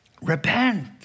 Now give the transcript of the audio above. repent